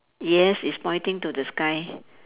yes it's pointing to the sky